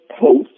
post